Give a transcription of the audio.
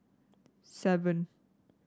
seven